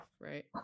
right